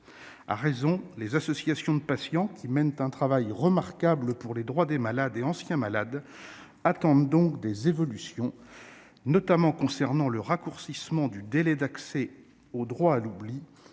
À raison, les associations de patients, qui mènent un travail remarquable en faveur des droits des malades et des anciens malades, attendent des évolutions, notamment en matière du raccourcissement du délai d'accès au droit à l'oubli